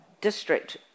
district